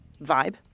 vibe